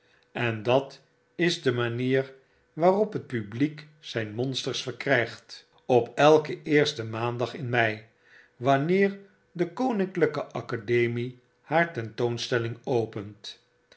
en dat is de manier waarop het publiek zijn monsters verkrijgt op elken eersten maandag in mei wanneer de koniuklijke academie naar tentoonstelling openi